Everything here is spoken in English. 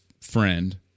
friend